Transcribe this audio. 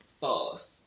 False